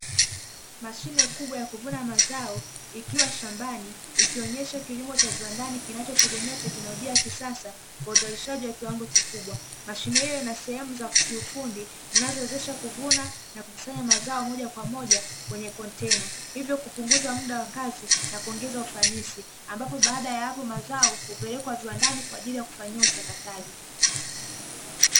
Mashine kubwa ya kuvua mazawo ikiwa shambani ikionesha kilimo cha viwandani kinachotegemea teknolojia ya kisasa kwa uzalishaji wa kiwango kikubwa, mashine hiyo ina sehemu za kiufundi zinazowezesha kuvuna mazao moja kwa moja kwenye kontena hivyo kupunguza mda wa kazi na kuongeza ufanisi ambapo baada ya hapo mazao hupelekwa viwandani kwa ajili ya kufanyiwa uchakataji.